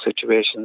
situations